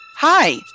Hi